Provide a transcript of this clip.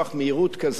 מהירות כזאת,